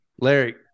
Larry